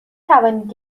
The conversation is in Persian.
توانید